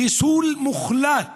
חיסול מוחלט